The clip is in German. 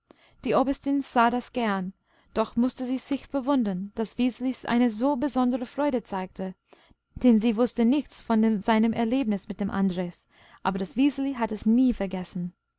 die oberstin sah das gern doch mußte sie sich verwundern daß wiseli eine so besondere freude zeigte denn sie wußte nichts von seinem erlebnis mit dem andres aber das wiseli hatte es nie vergessen